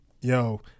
yo